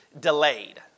delayed